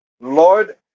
Lord